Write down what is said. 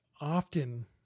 often